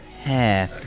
hair